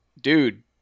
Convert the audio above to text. Dude